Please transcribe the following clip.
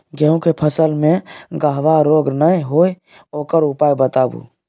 गेहूँ के फसल मे गबहा रोग नय होय ओकर उपाय बताबू?